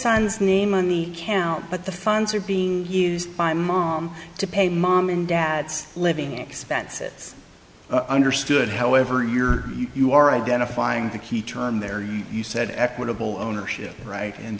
son's name on the can't but the funds are being used by mom to pay mom and dad's living expenses understood however you're you are identifying the key term there you you said equitable ownership right and